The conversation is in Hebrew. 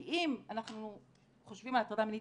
כי אם אנחנו חושבים על הטרדה מינית